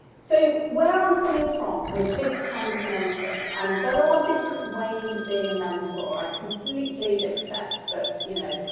so where i'm coming from with this kind of mentoring and there are different ways of being a mentor i completely accept that, you know,